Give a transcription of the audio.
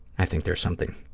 i think there's something,